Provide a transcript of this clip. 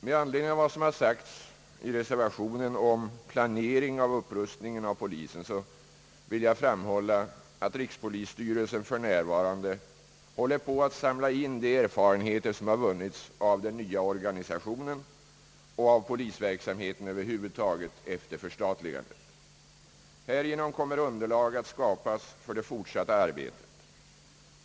Med anledning av vad som i reservationen har sagts om planeringen av upprustningen av polisen vill jag framhålla, att rikspolisstyrelsen för närvarande håller på att samla in de erfarenheter som har vunnits av den nya organisationen och av polisverksamheten över huvud taget efter förstatligandet. Härigenom kommer underlag att skapas för det fortsatta arbetet.